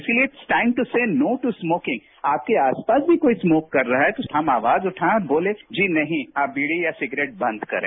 इसलिए time to say no to smoking आपके आसपास भी कोई स्मोक कर रहा है तो हम आवाज उठाएं और बोलें जी नहीं आप बीड़ी या सिगरेट बंद करें